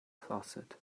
closet